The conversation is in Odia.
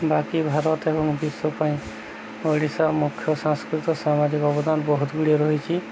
ବାକି ଭାରତ ଏବଂ ବିଶ୍ୱ ପାଇଁ ଓଡ଼ିଶା ମୁଖ୍ୟ ସାଂସ୍କୃତିକ ଓ ସାମାଜିକ ଅବଦାନ ବହୁତ ଗୁଡ଼ିଏ ରହିଛି